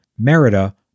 Merida